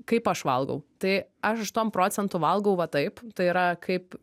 kaip aš valgau tai aš aštuom procentų valgau va taip tai yra kaip